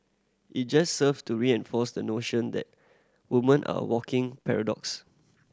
it just serve to reinforce the notion that woman are walking paradox